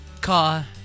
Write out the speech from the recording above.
Car